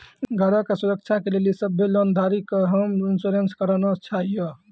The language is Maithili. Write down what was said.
घरो के सुरक्षा के लेली सभ्भे लोन धारी के होम इंश्योरेंस कराना छाहियो